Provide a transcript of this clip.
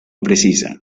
precisa